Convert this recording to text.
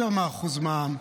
יותר מה-1% במע"מ,